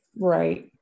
Right